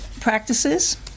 practices